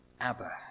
Abba